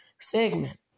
segment